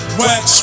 wax